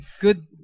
good